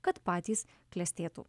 kad patys klestėtų